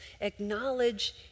acknowledge